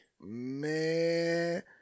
Man